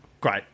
Great